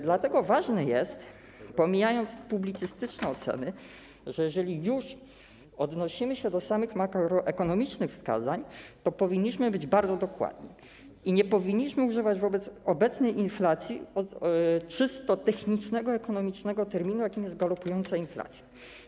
Dlatego to ważne - pomijając publicystyczne oceny - że jeżeli odnosimy się do makroekonomicznych wskazań, to powinniśmy być bardzo dokładni i nie używać wobec obecnej inflacji czysto technicznego, ekonomicznego terminu, jakim jest galopująca inflacja.